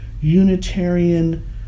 Unitarian